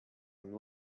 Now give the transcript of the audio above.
and